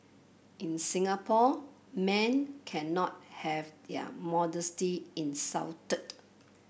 in Singapore men cannot have their modesty insulted